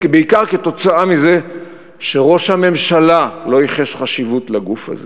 בעיקר כתוצאה מזה שראש הממשלה לא ייחס חשיבות לגוף הזה.